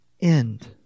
end